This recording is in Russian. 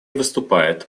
выступает